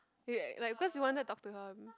wait like because we wanted to talk to her